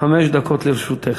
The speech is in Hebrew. חמש דקות לרשותך.